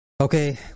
okay